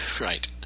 Right